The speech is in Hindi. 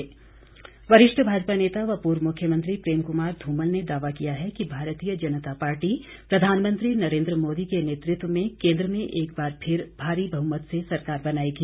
धुमल वरिष्ठ भाजपा नेता व पूर्व मुख्यमंत्री प्रेम कुमार धूमल ने दावा किया है कि भारतीय जनता पार्टी प्रधानमंत्री नरेंद्र मोदी के नेतृत्व में केंद्र में एक बार फिर भारी बहुमत से सरकार बनाएगी